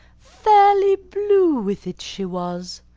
fairly blue with it, she was.